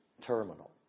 terminal